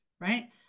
Right